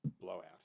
Blowout